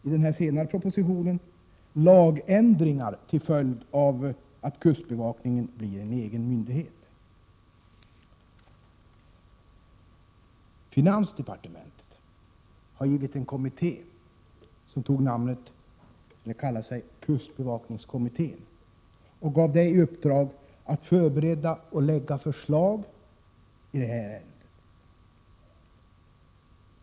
I den senare propositionen föreslås lagändringar till följd av att kustbevakningen blir en egen myndighet. Finansdepartementet har givit en kommitté, som kallar sig kustbevakningskommittén, i uppdrag att bereda det här ärendet och att lägga fram förslag.